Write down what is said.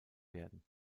werden